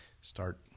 start